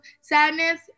sadness